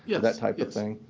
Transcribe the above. yeah that type yeah thing.